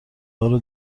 هارو